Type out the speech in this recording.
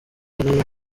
yari